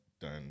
done